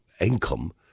income